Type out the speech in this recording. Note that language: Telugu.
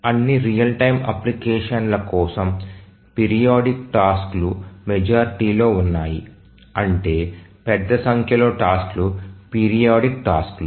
అన్ని రియల్ టైమ్ అప్లికేషన్ల కోసం పిరియాడిక్ టాస్క్లు మెజారిటీలో ఉన్నాయి అంటే పెద్ద సంఖ్యలో టాస్క్లు పిరియాడిక్ టాస్క్లు